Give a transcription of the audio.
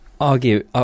Argue